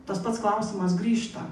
tas pats klausimas grįžta